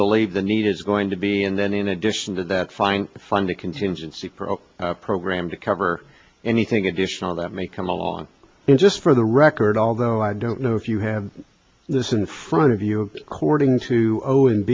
believe the need is going to be and then in addition to that find funding contingency for a program to cover anything additional that may come along in just for the record although i don't know if you have this in front of you according to go and